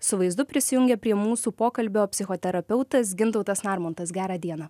su vaizdu prisijungia prie mūsų pokalbio psichoterapeutas gintautas narmontas gerą dieną